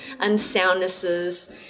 unsoundnesses